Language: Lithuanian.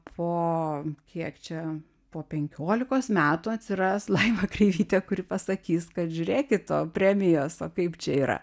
po kiek čia po penkiolikos metų atsiras laima kreivytė kuri pasakys kad žiurėkit o premijos o kaip čia yra